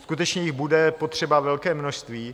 Skutečně jich bude potřeba velké množství.